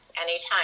anytime